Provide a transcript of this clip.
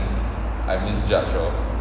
I misjudged lor